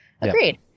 Agreed